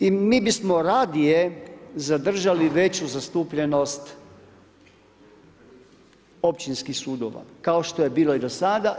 I mi bismo radije zadržali veću zastupljenost općinskih sudova kao što je bilo i do sada.